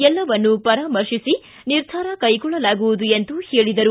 ಎಲ್ಲವನ್ನು ಪರಾಮರ್ಶಿಸಿ ನಿರ್ಧಾರ ಕೈಗೊಳ್ಳಲಾಗುವುದು ಎಂದು ಹೇಳಿದರು